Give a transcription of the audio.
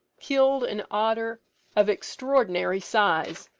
killed an otter of extraordinary size.